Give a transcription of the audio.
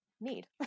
need